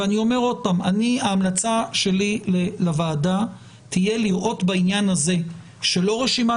אני אומר עוד פעם שההמלצה שלי לוועדה תהיה לראות בעניין הזה שלא רשימת